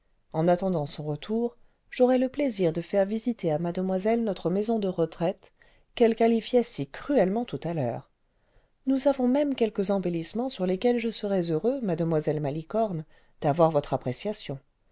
en attendant son retour j'aurai le plaisir de faire visiter à mademoiselle notre maison de retraite qu'elle qualifiait si cruellement tout à l'heure nous avons même quelques embellissements sur lesquels je serais heureux mademoiselle malicorne d'avoir votre appréciation